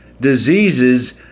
diseases